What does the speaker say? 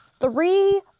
Three